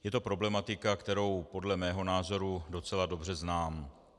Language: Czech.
Je to problematika, kterou podle mého názoru docela dobře znám.